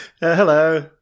Hello